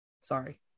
Sorry